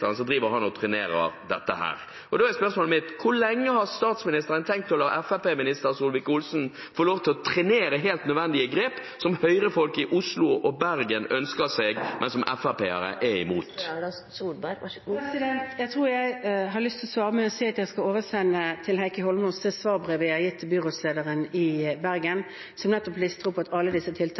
dette. Da er spørsmålet mitt: Hvor lenge har statsministeren tenkt å la fremskrittspartiminister Solvik-Olsen få lov til å trenere helt nødvendige grep som Høyre-folk i Oslo og i Bergen ønsker seg, men som FrP-ere er imot? Jeg tror jeg har lyst til å svare med å si at jeg skal oversende til Heikki Eidsvoll Holmås det svarbrevet jeg har gitt til byrådslederen i Bergen, som nettopp lister opp at alle disse